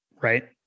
right